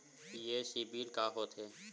ये सीबिल का होथे?